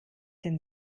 denn